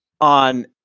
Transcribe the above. on